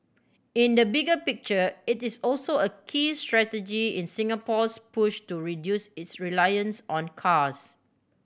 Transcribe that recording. in the bigger picture it is also a key strategy in Singapore's push to reduce its reliance on cars